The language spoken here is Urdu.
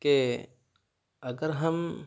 کہ اگر ہم